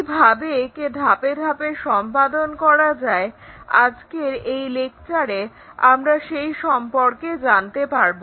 কিভাবে একে ধাপে ধাপে সম্পাদন করা যায় আজকের এই লেকচারে আমরা সেই সম্পর্কে জানতে পারবো